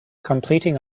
completing